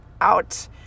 out